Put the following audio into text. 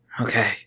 Okay